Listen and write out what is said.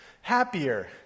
happier